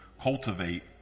cultivate